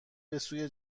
بسوی